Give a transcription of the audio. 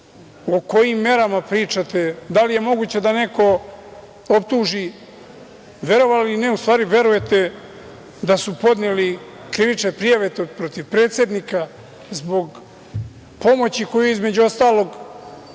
o kojim merama pričate? Da li je moguće da neko optuži… Verovali ili ne… U stvari, verujete li da su podneli krivične prijate protiv predsednika zbog pomoći koju je, između ostalog,